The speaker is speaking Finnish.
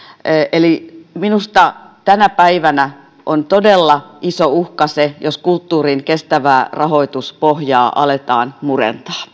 eli minusta tänä päivänä on todella iso uhka se jos kulttuurin kestävää rahoituspohjaa aletaan murentaa